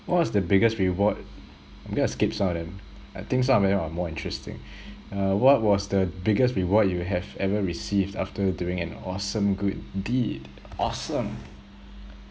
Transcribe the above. what's the biggest reward I'm gonna skip some of them I think some of them are more interesting uh what was the biggest reward you have ever received after doing an awesome good deed awesome